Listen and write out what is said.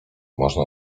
można